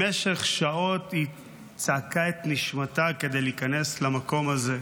במשך שעות היא צעקה את נשמתה כדי להיכנס למקום הזה,